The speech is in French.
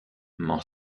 m’en